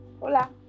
Hola